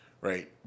right